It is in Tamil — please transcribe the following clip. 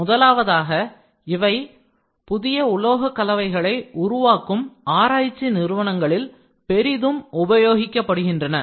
முதலாவதாக இவை புதிய உலோகக்கலவைகளை உருவாக்கும் ஆராய்ச்சி நிறுவனங்களில் பெரிதும் உபயோகிக்கப்படுகின்றன